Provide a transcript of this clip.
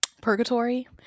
purgatory